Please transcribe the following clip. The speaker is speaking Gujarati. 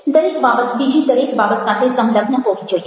દરેક બાબત બીજી દરેક બાબત સાથે સંલગ્ન હોવી જોઈએ